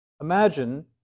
Imagine